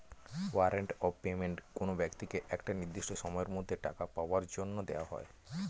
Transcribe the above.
warrant of payment কোনো ব্যক্তিকে একটা নির্দিষ্ট সময়ের মধ্যে টাকা পাওয়ার জন্য দেওয়া হয়